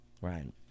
Ryan